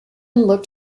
looked